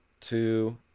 two